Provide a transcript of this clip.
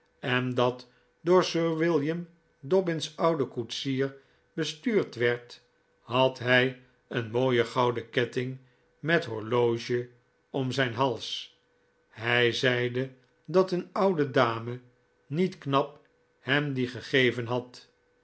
en dat door sir william dobbin's ouden koetsier bestuurd werd had hij een mooien gouden ketting met horloge om zijn hals hij zeide dat een oude dame niet knap hem dien gegeven had